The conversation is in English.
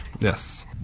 Yes